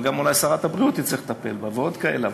אולי גם שרת הבריאות תצטרך לטפל בה, ועוד כהנה.